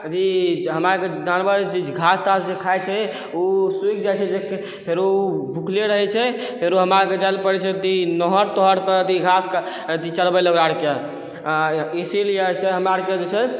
अथी हमरा आरके जानवर जे छै घास तास जे खाइ छै ओ सुखि जाइ छै जे फेरो ओ भुखले रहैए छै फेरो हमरा आरके जाइ लए पड़ै छै नहर तहर पर घास कऽ चरबय ला गायके इसीलिए हमरा आरके जे छै